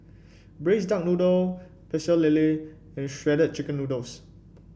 Braised Duck Noodle Pecel Lele and Shredded Chicken Noodles